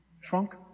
Shrunk